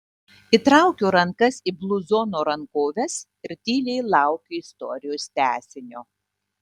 įtraukiu rankas į bluzono rankoves ir tyliai laukiu istorijos tęsinio